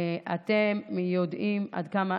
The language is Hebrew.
אתם יודעים עד כמה